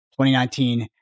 2019